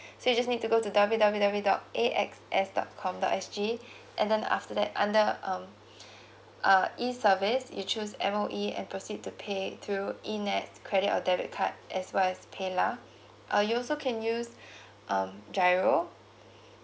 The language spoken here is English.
so you just need to go to w w w dot a x s dot com dot s g and then after that under um uh e service you choose M_O_E and proceed to pay through e nets credit or debit card as well as PayLah uh you also can use um giro